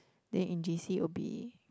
then in J_C would be